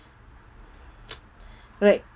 like